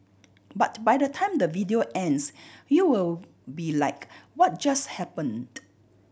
but by the time the video ends you'll be like what just happened